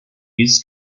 his